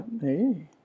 Hey